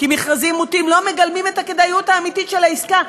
כי מכרזים מוטים לא מגלמים את הכדאיות האמיתית של העסקה,